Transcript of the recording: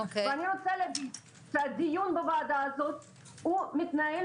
ואני רוצה לומר שהדיון בוועדה הזאת מתנהל